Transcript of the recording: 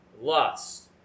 lust